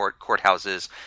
courthouses